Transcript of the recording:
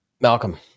Malcolm